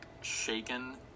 shaken